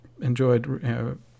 enjoyed